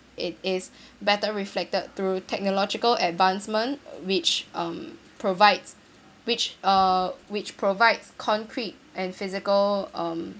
it is better reflected through technological advancement which um provides which uh which provides concrete and physical um